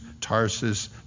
Tarsus